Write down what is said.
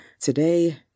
Today